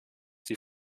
die